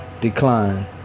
decline